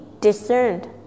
discerned